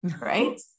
right